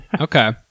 Okay